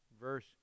verse